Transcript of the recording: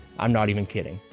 i'm not even kidding.